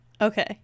Okay